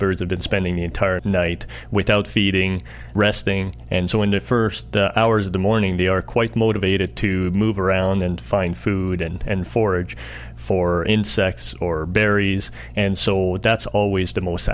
birds have been spending the entire night without feeding resting and so when the first hours of the morning they are quite motivated to move around and find food and forage for insects or berries and so that's always the most